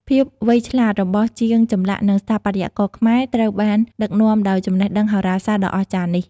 ភាពវៃឆ្លាតរបស់ជាងចម្លាក់និងស្ថាបត្យករខ្មែរត្រូវបានដឹកនាំដោយចំណេះដឹងហោរាសាស្ត្រដ៏អស្ចារ្យនេះ។